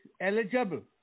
eligible